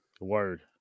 Word